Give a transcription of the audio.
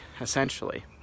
essentially